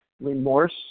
remorse